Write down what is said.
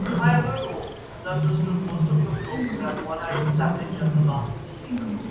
i have heard all and understood most of your talk with that one-eyed savage and the baas stephen.